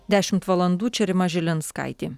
dešimt valandų čia rima žilinskaitė